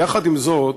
יחד עם זאת,